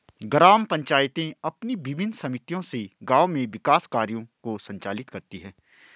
ग्राम पंचायतें अपनी विभिन्न समितियों से गाँव में विकास कार्यों को संचालित करती हैं